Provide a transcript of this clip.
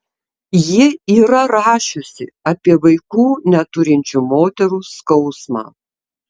ji yra rašiusi apie vaikų neturinčių moterų skausmą